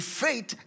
faith